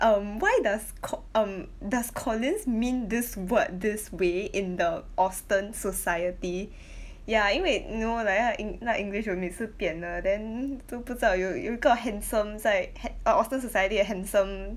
um why does co~ um does Collins mean this word this way in the Austen society ya 因为 know like 那 eng~ 那 english 有每次变的 then n~ hmm 都不知道有有一个 handsome 在 ha~ err Austen society 的 handsome